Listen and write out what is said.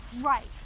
Right